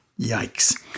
Yikes